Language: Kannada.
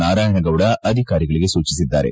ನಾರಾಯಣಗೌಡ ಅಧಿಕಾರಿಗಳಿಗೆ ಸೂಚಿಸಿದ್ದಾರೆ